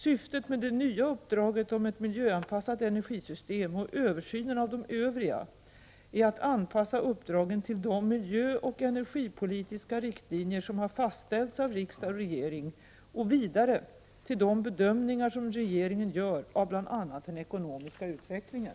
Syftet med det nya uppdraget om ett miljöanpassat energisystem och översynen av de övriga är att anpassa uppdragen till de miljöoch energipolitiska riktlinjer som har fastställts av riksdag och regering och vidare till de bedömningar som regeringen gör av bl.a. den ekonomiska utvecklingen.